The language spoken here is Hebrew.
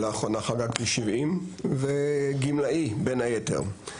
לאחרונה חגגתי 70 וגמלאי בין היתר.